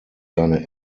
seine